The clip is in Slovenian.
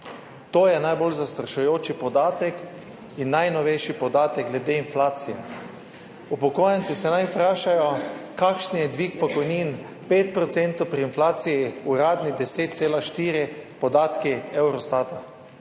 To je najbolj zastrašujoč podatek in najnovejši podatek glede inflacije. Upokojenci naj se vprašajo, kakšen je dvig pokojnin, 5 % pri uradni inflaciji 10,4, podatki Eurostata.